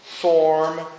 form